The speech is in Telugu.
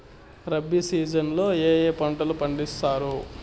రబి సీజన్ లో ఏ ఏ పంటలు పండుతాయి